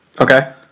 Okay